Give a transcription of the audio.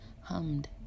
hummed